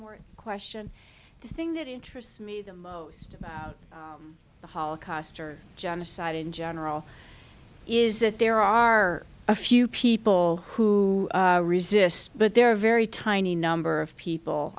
yes question the thing that interests me the most about the holocaust or genocide in general is that there are a few people who resist but they're a very tiny number of people